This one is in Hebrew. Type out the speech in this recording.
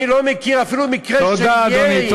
אני לא מכיר אפילו מקרה של ירי, תודה, אדוני.